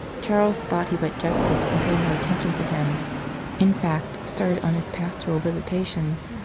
charles thought he but jested, and paid no attention to him in fact, started on his pastoral visitations.